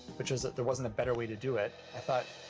which was that there wasn't a better way to do it. i thought,